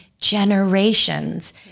generations